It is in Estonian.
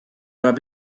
tuleb